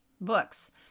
books